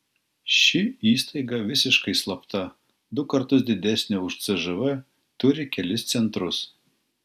ši įstaiga visiškai slapta du kartus didesnė už cžv turi kelis centrus